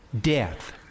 Death